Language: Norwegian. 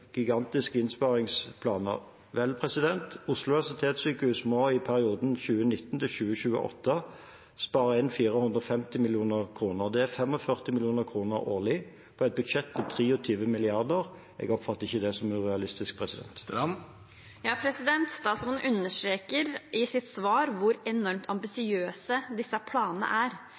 gigantiske innsparingsplaner: Vel, Oslo universitetssykehus må i perioden 2019–2028 spare inn 450 mill. kr. Det er 45 mill. kr årlig på et budsjett på 23 mrd. kr. Jeg oppfatter ikke det som urealistisk. Statsråden understreker i sitt svar hvor enormt ambisiøse disse planene er.